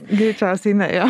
greičiausiai ne jo